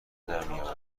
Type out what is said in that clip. درمیابد